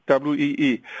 WEE